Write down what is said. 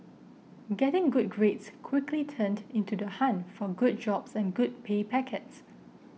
getting good grades quickly turned into the hunt for good jobs and good pay packets